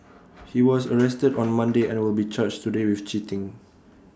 he was arrested on Monday and will be charged today with cheating